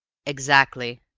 exactly,